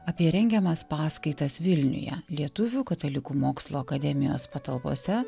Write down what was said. apie rengiamas paskaitas vilniuje lietuvių katalikų mokslo akademijos patalpose